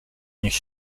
niech